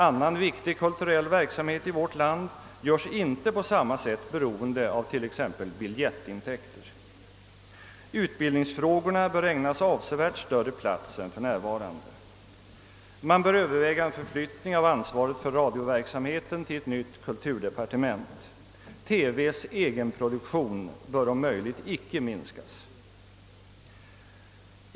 Annan viktig kulturell verksamhet i vårt land görs inte på samma sätt beroende av t.ex. biljettintäkter. Utbildningsfrågorna bör ges avsevärt större plats än för närvarande. Man bör överväga en förflyttning av ansvaret för radioverksamheten till ett nytt kulturdepartement. TV:s egenproduktion bör inte minskas.